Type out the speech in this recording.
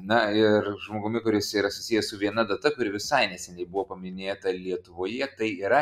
na ir žmogumi kuris yra susijęs su viena data kuri visai neseniai buvo paminėta lietuvoje tai yra